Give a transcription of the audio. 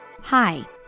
Hi